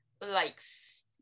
likes